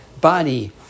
body